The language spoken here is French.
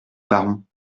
baron